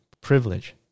privilege